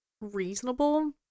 reasonable